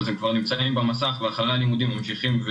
אז הם כבר נמצאים במסך וגם אחרי הלימודים הם ממשיכים